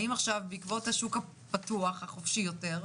האם עכשיו בעקבות השוק הפתוח, החופשי יותר,